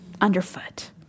underfoot